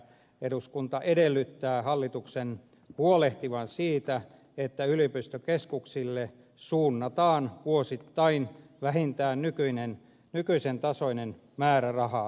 eduskunta edellyttää hallituksen huolehtivan siitä että yliopistokeskuksille suunnataan vuosittain vähintään nykyisen tasoiset määrärahat